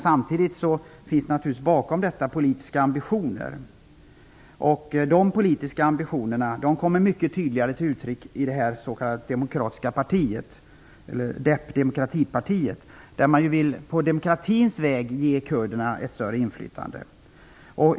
Samtidigt finns det naturligtvis bakom detta politiska ambitioner. De politiska ambitionerna kommer mycket tydligare till uttryck i DEP, demokratipartiet, där man på demokratisk väg vill ge kurderna ett större inflytande.